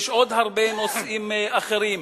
יש עוד הרבה נושאים אחרים.